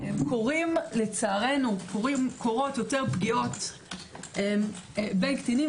קורות לצערנו יותר פגיעות בין קטינים.